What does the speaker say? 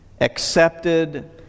accepted